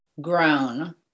grown